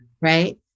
Right